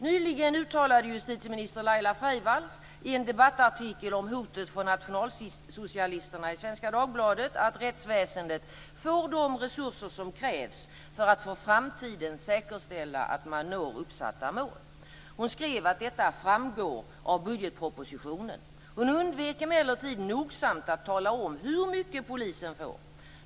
Nyligen uttalade justitieminister Laila Freivalds i en debattartikel om hotet från nationalsocialisterna i Svenska Dagbladet att rättsväsendet får de resurser som krävs för att för framtiden säkerställa att man når uppsatta mål. Hon skrev att detta framgår av budgetpropositionen. Hon undvek emellertid nogsamt att tala om hur mycket polisen får.